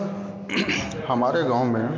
हमारे गाँव में